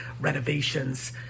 renovations